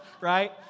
right